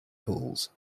pools